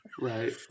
Right